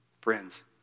friends